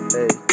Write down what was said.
Hey